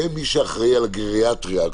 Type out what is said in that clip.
ומי שאחראי על הגריאטריה,